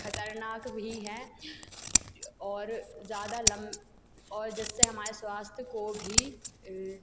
खतरनाक भी है और ज़्यादा लम्ब और जिससे हमारे स्वास्थ्य को भी